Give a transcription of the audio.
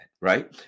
Right